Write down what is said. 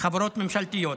בחברות ממשלתיות,